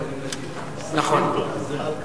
נתקבלה.